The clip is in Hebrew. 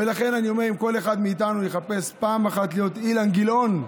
ולכן אני אומר: אם כל אחד מאיתנו יחפש פעם אחת להיות אילן גילאון,